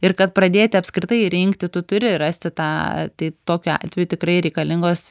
ir kad pradėti apskritai rinkti tu turi rasti tą tai tokiu atveju tikrai reikalingos